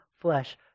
flesh